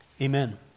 Amen